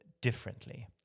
differently